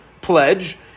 pledge